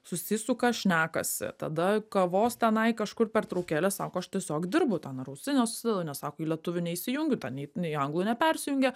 susisuka šnekasi tada kavos tenai kažkur pertraukėlės sako aš tiesiog dirbu ten ar ausines užsidedu nes sako į lietuvių neįsijungiu ten į į anglų nepersijungia